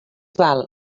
val